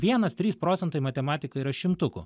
vienas trys procentai matematika yra šimtukų